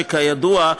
שכידוע,